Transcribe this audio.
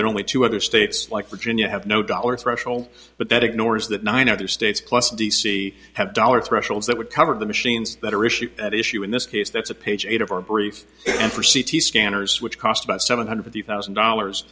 that only two other states like virginia have no dollar threshold but that ignores that nine other states plus d c have dollar thresholds that would cover the machines that are issued at issue in this case that's a page eight of our brief and for c t scanners which cost about seven hundred fifty thousand dollars